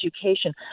education